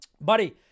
Buddy